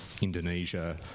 Indonesia